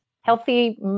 healthy